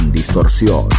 Distorsión